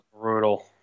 brutal